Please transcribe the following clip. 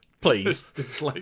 please